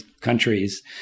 countries